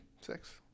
Six